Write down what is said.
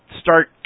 start